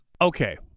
Okay